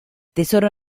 tesoro